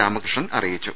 രാമകൃഷ്ണൻ അറിയിച്ചു